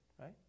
right